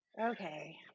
okay